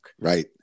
Right